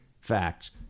facts